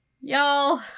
Y'all